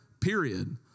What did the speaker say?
period